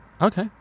Okay